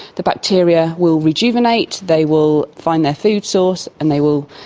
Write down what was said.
the bacteria will rejuvenate, they will find their food source and they will,